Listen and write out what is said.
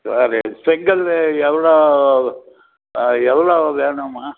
சரி செங்கல் எவ்வளோ எவ்வளோ வேணும்மா